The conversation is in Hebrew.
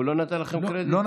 הוא לא נתן לכם קרדיט?